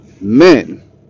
Men